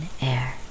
air